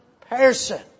person